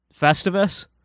Festivus